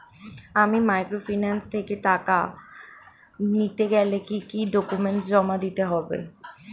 আমি মাইক্রোফিন্যান্স থেকে টাকা নিতে গেলে কি কি ডকুমেন্টস জমা দিতে হবে?